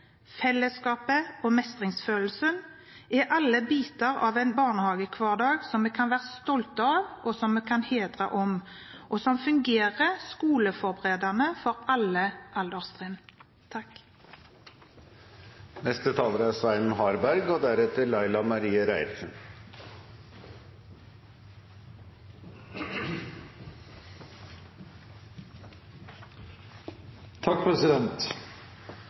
fellesskapet og mestringsfølelsen er alle biter av en barnehagehverdag som vi kan være stolte av, som vi kan hegne om, og som fungerer skoleforberedende for alle alderstrinn. Som tidligere varslet vil jeg komme tilbake og